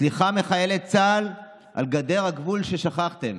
סליחה מחיילי צה"ל על גדר הגבול ששכחתם,